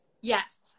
Yes